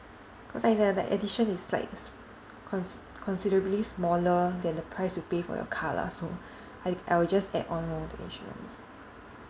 cause I that addition is like sm~ cons~ considerably smaller than the price you pay for your car lah so I I will just add on lor the insurance